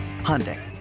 Hyundai